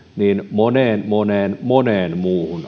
moneen moneen moneen muuhun